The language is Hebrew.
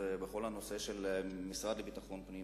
שבכל הנושא של המשרד לביטחון הפנים,